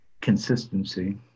consistency